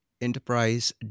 enterprise